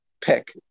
pick